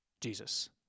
Jesus